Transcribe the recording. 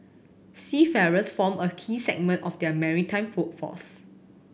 seafarers form a key segment of our maritime workforce